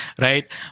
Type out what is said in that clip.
right